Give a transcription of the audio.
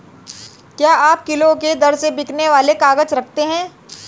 क्या आप किलो के दर से बिकने वाले काग़ज़ रखते हैं?